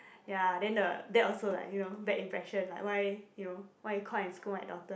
ya then the dad also like you know bad impression like why you know why you call and scold my daughter